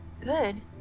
Good